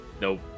nope